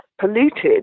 polluted